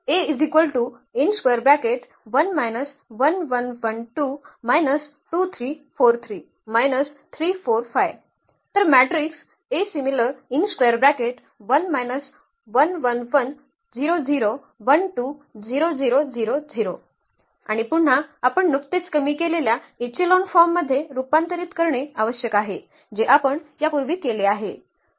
तर मॅट्रिक्स आणि पुन्हा आपण नुकतेच कमी केलेल्या इचेलॉन फॉर्ममध्ये रूपांतरित करणे आवश्यक आहे जे आपण यापूर्वी केले आहे